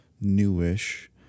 newish